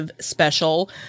special